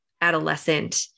adolescent